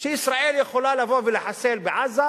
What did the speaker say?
שישראל יכולה לבוא ולחסל בעזה,